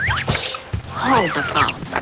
hold the phone.